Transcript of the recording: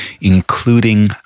including